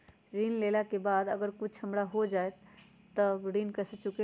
ऋण लेला के बाद अगर हमरा कुछ हो जाइ त ऋण कैसे चुकेला?